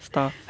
stuff